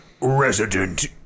Resident